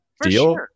deal